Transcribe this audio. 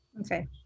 Okay